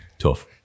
Tough